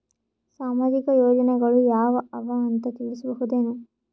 ಸಾಮಾಜಿಕ ಯೋಜನೆಗಳು ಯಾವ ಅವ ಅಂತ ತಿಳಸಬಹುದೇನು?